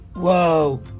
Whoa